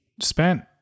spent